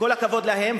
וכל הכבוד להם,